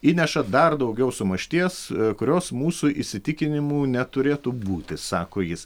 įneša dar daugiau sumaišties kurios mūsų įsitikinimu neturėtų būti sako jis